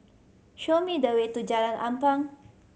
show me the way to Jalan Tampang